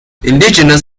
indigenous